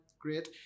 great